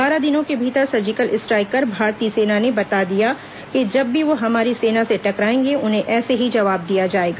बारह दिनों के भीतर सर्जिकल स्ट्राइक कर भारतीय सेना ने बता दिया कि जब भी वो हमारी सेना से टकराएंगे उन्हें ऐसे ही जवाब दिया जाएगा